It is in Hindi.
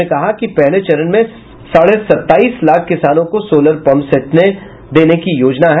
उन्होंने कहा कि पहले चरण में साढ़ सत्ताईस लाख किसानों को सोलर पम्प सेट देने की योजना है